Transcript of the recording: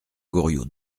goriot